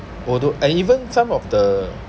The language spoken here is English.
although and even some of the